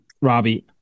Robbie